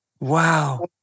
Wow